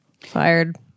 Fired